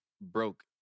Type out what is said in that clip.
broke